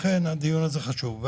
לכן הדיון הזה חשוב.